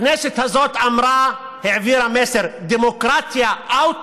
הכנסת הזאת העבירה מסר: דמוקרטיה, out,